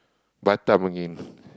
Batam again